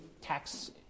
tax